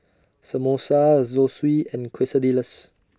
Samosa Zosui and Quesadillas